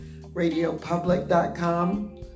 radiopublic.com